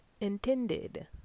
intended